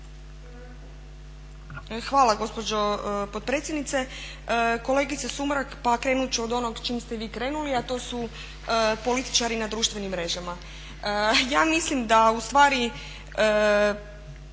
Hvala gospođo potpredsjednice. Kolegice Sumrak, pa krenut ću od onog s čime ste vi krenuli a to su političari na društvenim mrežama. Ja mislim da ustvari